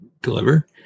deliver